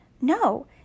No